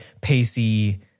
Pacey –